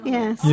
Yes